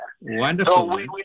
Wonderful